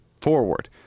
forward